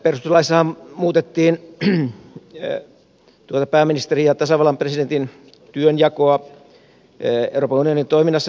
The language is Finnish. perustuslaissahan muutettiin tuota pääministerin ja tasavallan presidentin työnjakoa euroopan unionin toiminnassa edustautumisen osalta